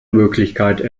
möglichkeit